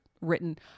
written